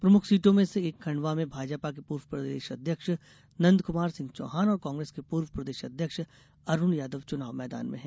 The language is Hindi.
प्रमुख सीटों में से एक खंडवा में भाजपा के पूर्व प्रदेश अध्यक्ष नंदकुमार सिंह चौहान और कांग्रेस के पूर्व प्रदेश अध्यक्ष अरूण यादव चुनाव मैदान में हैं